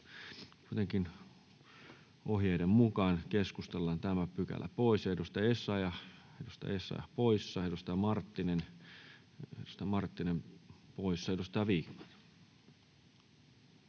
kuitenkin ohjeiden mukaan ja keskustellaan tämä pykälä pois. — Edustaja Essayah poissa, edustaja Marttinen poissa. — Edustaja Vikman.